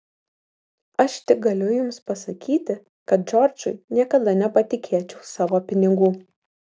aš tik galiu jums pasakyti kad džordžui niekada nepatikėčiau savo pinigų